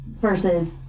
versus